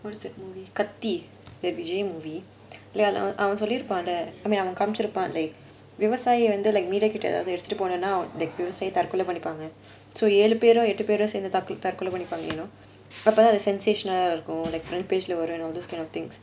what is that movie Kaththi the vijay movie அவன் சொல்லி இருப்பான்ல:avan solli iruppaanla I mean அவன் காமிச்சு இருப்பான்ல விவசாயியை வந்து:avan kaamichi iruppaanla vivasaayiyai vanthu like media கிட்ட எடுத்துட்டு பொண்ணுனா தற்கொலை பண்ணிப்பாங்க:kita eduthutu ponnunaa tharkola pannipaanga so ஏழு பேரோ எட்டு பேரோ சேர்ந்து தற்கொலை பண்ணிப்பாங்க:ezhu pero ettu pero sernthu tharkola pannipaanga you know sensational eh இருக்கும்:irukum front page leh வரும்:varum those kind of things